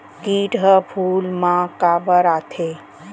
किट ह फूल मा काबर आथे?